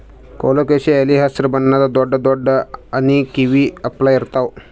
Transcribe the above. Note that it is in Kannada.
ಕೊಲೊಕೆಸಿಯಾ ಎಲಿ ಹಸ್ರ್ ಬಣ್ಣದ್ ದೊಡ್ಡ್ ದೊಡ್ಡ್ ಆನಿ ಕಿವಿ ಅಪ್ಲೆ ಇರ್ತವ್